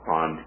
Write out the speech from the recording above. on